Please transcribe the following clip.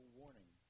warning